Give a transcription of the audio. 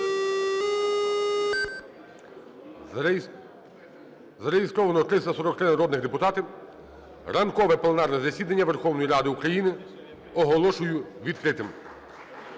Зареєстровано 343 народних депутати. Ранкове пленарне засідання Верховної Ради України оголошую відкритим.